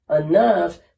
enough